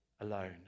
alone